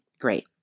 great